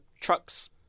trucks